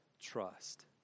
trust